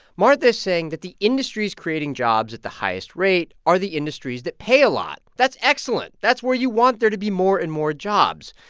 martha is saying that the industries creating jobs at the highest rate are the industries that pay a lot. that's excellent. that's where you want there to be more and more jobs.